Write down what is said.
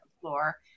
floor